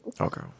Okay